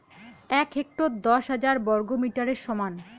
এক হেক্টর দশ হাজার বর্গমিটারের সমান